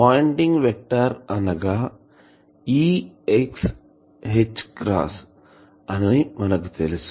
Poynting vector అనగా Ex H అని మనకు తెలుసు